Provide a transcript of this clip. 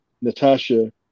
Natasha